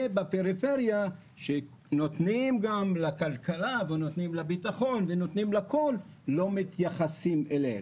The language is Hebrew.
ולפריפריה שתורמת לכלכלה ולביטחון לא מתייחסים אליה.